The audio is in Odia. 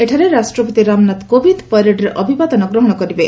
ଏଠାରେ ରାଷ୍ଟ୍ରପତି ରାମନାଥ କୋବିନ୍ଦ ପ୍ୟାରେଡ୍ରେ ଅଭିବାଦନ ଗ୍ରହଣ କରିବେ